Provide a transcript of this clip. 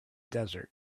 desert